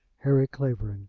harry clavering